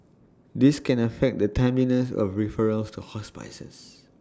this can affect the timeliness of referrals to hospices